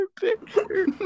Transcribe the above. picture